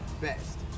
best